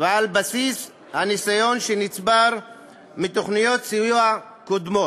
ועל בסיס הניסיון שנצבר מתוכניות סיוע קודמות.